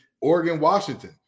Oregon-Washington